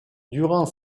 durant